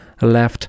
Left